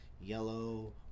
Yellow